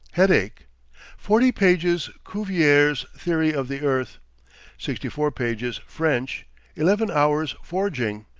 headache forty pages cuvier's theory of the earth sixty four pages french eleven hours forging.